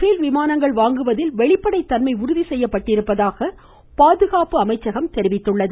பேல் விமானங்கள் வாங்குவதில் வெளிப்படைத்தன்மை உறுதி செய்யப்பட்டிருப்பதாக பாதுகாப்பு அமைச்சகம் தெரிவித்துள்ளது